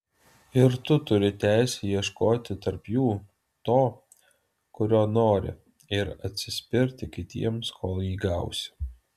ir tu turi teisę ieškoti tarp jų to kurio nori ir atsispirti kitiems kol jį gausi